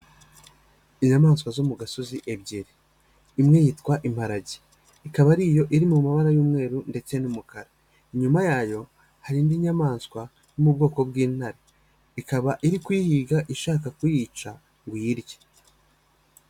Inyamaswa zo mu gasozi ebyiri. Imwe yitwa imparage, ikaba ariyo iri mu mabara y'umweru ndetse n'umukara. Inyuma yayo hari indi nyamaswa yo mu bwoko bw'intare. Ikaba iri kuyihiga ishaka kuyica ngo iyirye.